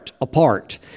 apart